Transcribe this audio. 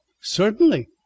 Certainly